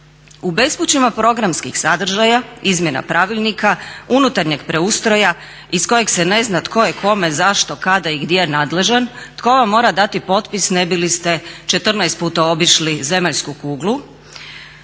U bespućima programskih sadržaja, izmjena pravilnika, unutarnjeg preustroja iz kojeg se ne zna tko je kome, zašto, kada i gdje nadležan tko vam mora dati potpis ne bi liste 14 puta obišli zemaljsku kuglu.